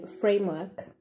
framework